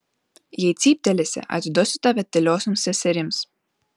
jei cyptelėsi atiduosiu tave tyliosioms seserims